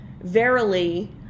Verily